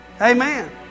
amen